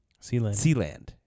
Sealand